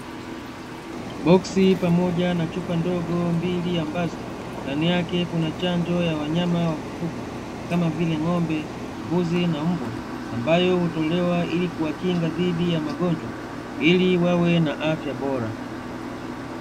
Boksi pamoja na chupa ndogo mbili ambazo, ndani yake kuna chanjo ya wanyama wa kufugwa, kama vile ng'ombe, mbuzi na mbwa. Ambayo hutolewa ili kuwakinga dhidi ya magonjwa, ili wawe na afya bora.